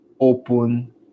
open